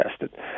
tested